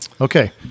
Okay